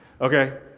Okay